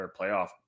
playoff